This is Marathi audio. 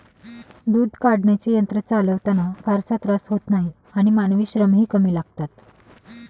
दूध काढण्याचे यंत्र चालवताना फारसा त्रास होत नाही आणि मानवी श्रमही कमी लागतात